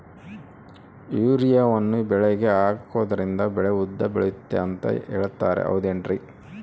ಯೂರಿಯಾವನ್ನು ಬೆಳೆಗೆ ಹಾಕೋದ್ರಿಂದ ಬೆಳೆ ಉದ್ದ ಬೆಳೆಯುತ್ತೆ ಅಂತ ಹೇಳ್ತಾರ ಹೌದೇನ್ರಿ?